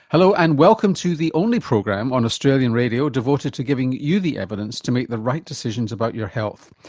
hello and welcome to the only program on australian radio devoted to giving you the evidence to make the right decisions about your health.